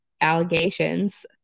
allegations